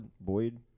Boyd